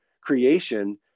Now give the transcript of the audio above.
creation